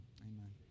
Amen